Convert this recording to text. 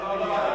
לא, לא, לא.